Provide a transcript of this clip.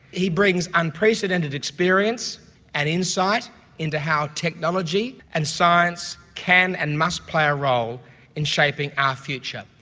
he brings unprecedented experience and insight into how technology and science can and must play a role in shaping our future.